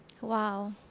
Wow